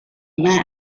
man